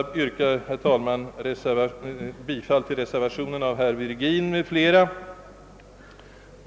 Herr talman! Jag ber att få yrka bifall till reservationen I av herr Virgin im; fl.